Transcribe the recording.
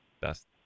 best